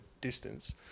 distance